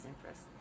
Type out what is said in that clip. interest